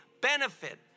benefit